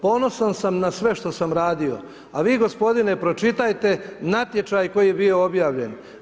Ponosan sam na sve što radio, a vi gospodine pročitajte natječaj koji je bio objavljen.